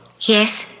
Yes